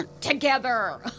Together